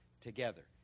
together